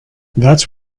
that’s